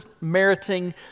meriting